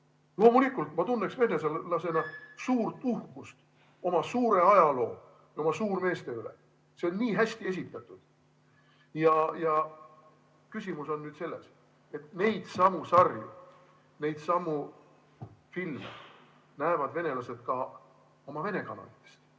Loomulikult ma tunneksin venelasena suurt uhkust oma suure ajaloo, oma suurmeeste üle. See kõik on nii hästi esitatud. Küsimus on nüüd selles, et neidsamu sarju ja filme näevad venelased ka oma Vene kanalitest.